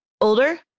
older